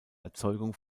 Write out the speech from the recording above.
erzeugung